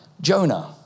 Jonah